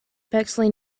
bexley